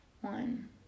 one